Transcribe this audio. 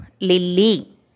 lily